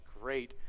great